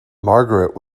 margaret